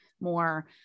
more